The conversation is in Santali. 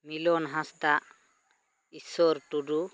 ᱢᱤᱞᱚᱱ ᱦᱟᱸᱥᱫᱟᱜ ᱤᱥᱥᱚᱨ ᱴᱩᱰᱩ